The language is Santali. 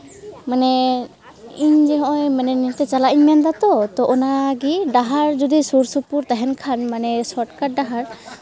ᱢᱟᱱᱮ ᱤᱧ ᱡᱮ ᱱᱚᱜᱼᱚᱸᱭ ᱢᱟᱱᱮ ᱱᱚᱱᱛᱮ ᱪᱟᱞᱟᱜ ᱤᱧ ᱢᱮᱱᱫᱟ ᱛᱚ ᱛᱚ ᱚᱱᱟᱜᱮ ᱰᱟᱦᱟᱨ ᱡᱩᱫᱤ ᱥᱩᱨ ᱥᱩᱯᱩᱨ ᱛᱟᱦᱮᱱ ᱠᱷᱟᱱ ᱢᱟᱱᱮ ᱥᱚᱨᱴ ᱠᱟᱨᱴ ᱰᱟᱦᱟᱨ